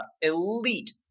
elite